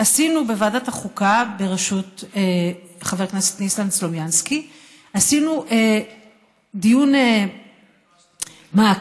עשינו בוועדת החוקה בראשות חבר הכנסת ניסן סלומינסקי דיון מעקב,